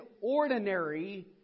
ordinary